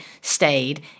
stayed